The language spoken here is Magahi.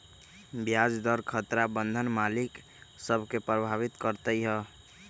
ब्याज दर खतरा बन्धन मालिक सभ के प्रभावित करइत हइ